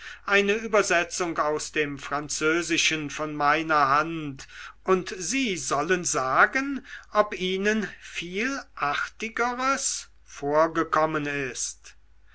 eine übersetzung aus dem französischen von meiner hand und sie sollen sagen ob ihnen viel artigeres vorgekommen ist